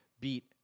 beat